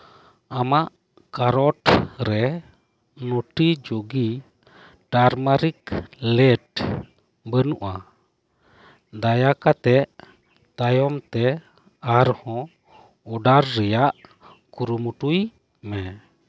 ᱟᱢᱟᱜ ᱠᱟᱨᱚᱴ ᱨᱮ ᱱᱩᱴᱤ ᱡᱩᱜᱤ ᱴᱟᱨᱢᱟᱨᱤᱠ ᱞᱮᱴ ᱵᱟᱹᱱᱩᱜ ᱟ ᱫᱟᱭᱟ ᱠᱟᱛᱮᱜ ᱛᱟᱭᱚᱢ ᱛᱮ ᱟᱨ ᱦᱚᱸ ᱚᱰᱟᱨ ᱨᱮᱭᱟᱜ ᱠᱩᱨᱩᱢᱩᱴᱩᱭ ᱢᱮ